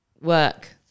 Work